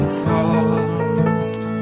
thought